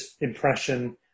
impression